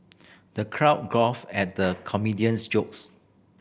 the crowd guffawed at the comedian's jokes